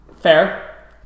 Fair